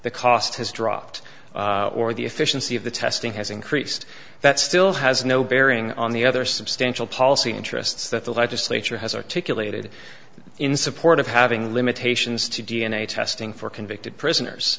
the cost has dropped or the efficiency of the testing has increased that still has no bearing on the other substantial policy interests that the legislature has articulated in support of having limitations to d n a testing for convicted